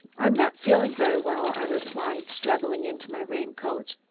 i'm not feeling very well, i replied, struggling into my rain-coat.